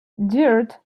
dirt